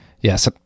Yes